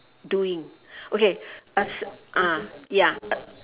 doing okay as ah ya